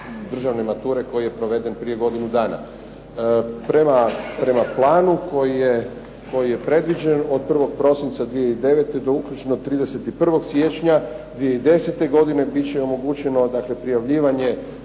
državne mature koji je proveden prije godinu dana. Prema planu koji je predviđen od 1. prosinca 2009. do uključno 31. siječnja 2010. godine bit će omogućeno dakle